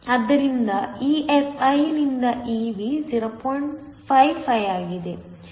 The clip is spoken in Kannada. ಆದ್ದರಿಂದ EFiನಿಂದ Ev 0